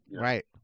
Right